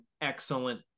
excellent